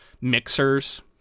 mixers